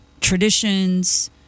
traditions